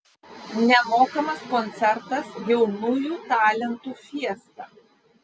nemokamas koncertas jaunųjų talentų fiesta